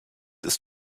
ist